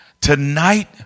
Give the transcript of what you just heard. Tonight